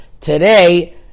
Today